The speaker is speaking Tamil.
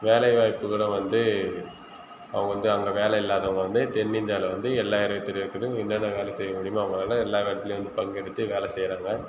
வேலை வாய்ப்புகளும் வந்து அவங்க வந்து அங்கே வேலை இல்லாதவங்க வந்து தென் இந்தியாவில் வந்து எல்லா வித துறையிலும் என்னென்ன வேலை செய்ய முடியுமோ அவங்களால எல்லா இடத்துலையும் வந்து பங்கெடுத்து வேலை செய்கிறாங்க